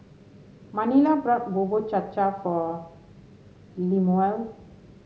Manilla bought Bubur Cha Cha for Lemuel